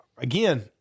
Again